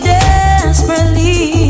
desperately